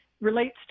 relates